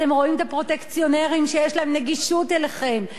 אתם רואים את הפרוטקציונרים שיש להם גישה אליכם,